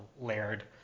layered